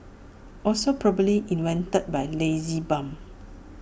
also probably invented by lazy bum